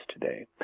today